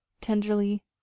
tenderly